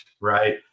right